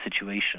situation